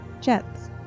jets